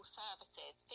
services